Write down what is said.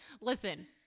listen